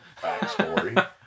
backstory